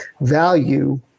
value